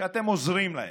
שאתם עוזרים להם,